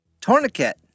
Tourniquet